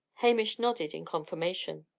hamish nodded in confirmation.